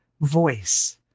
voice